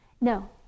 No